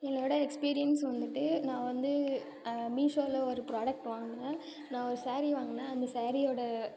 என்னோடய எக்ஸ்பீரியன்ஸ் வந்துவிட்டு நான் வந்து மீஷோவில் ஒரு ப்ராடக்ட் வாங்கினேன் நான் ஒரு ஸேரீ வாங்கினேன் அந்த ஸாரீயோட